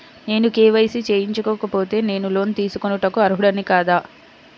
నేను కే.వై.సి చేయించుకోకపోతే నేను లోన్ తీసుకొనుటకు అర్హుడని కాదా?